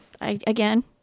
again